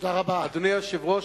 אדוני היושב-ראש,